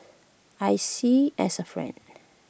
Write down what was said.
I see as A friend